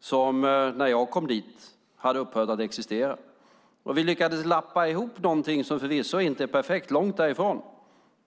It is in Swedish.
som när jag kom dit hade upphört att existera. Vi lyckades lappa ihop någonting som förvisso inte är perfekt, långt därifrån.